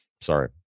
Sorry